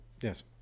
Yes